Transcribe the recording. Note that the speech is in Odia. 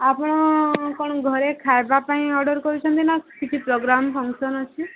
ଆପଣ କଣ ଘରେ ଖାଇବା ପାଇଁ ଅର୍ଡ଼ର କରୁଛନ୍ତି ନା କିଛି ପ୍ରୋଗ୍ରାମ ଫଙ୍କଶନ ଅଛି